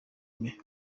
aime